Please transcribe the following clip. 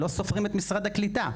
לא סופרים את משרד הקליטה,